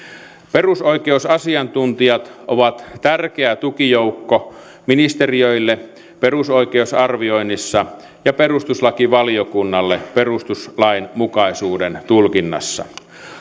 perusoikeusasiantuntijat ovat tärkeä tukijoukko ministeriöille perusoikeusarvioinnissa ja perustuslakivaliokunnalle perustuslainmukaisuuden tulkinnassa